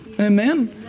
Amen